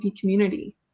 community